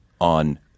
on